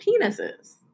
penises